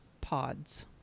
pods